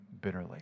bitterly